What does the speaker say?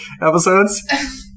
episodes